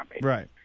Right